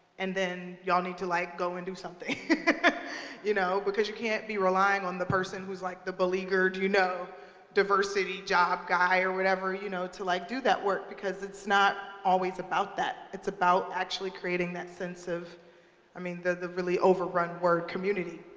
and then y'all need to like go and do something you know because you can't be relying on the person who's like the beleaguered you know diversity job guy or whatever you know to like do that work because it's not always about that. it's about actually creating that sense of i mean the really overrun word community.